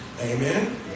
Amen